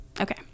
Okay